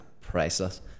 priceless